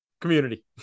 community